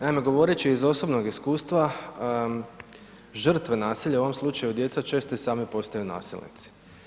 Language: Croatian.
Naime, govoreći iz osobnog iskustva žrtve nasilja, u ovom slučaju djeca često i sami postaju nasilnici.